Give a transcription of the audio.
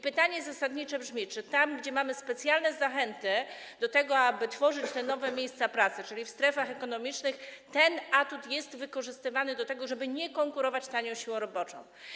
Pytanie zasadnicze brzmi: Czy tam, gdzie mamy specjalne zachęty do tego, aby tworzyć te nowe miejsca pracy, czyli w strefach ekonomicznych, ten atut jest wykorzystywany do tego, żeby nie konkurować tanią siłą roboczą?